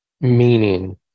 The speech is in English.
meaning